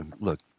look